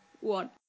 one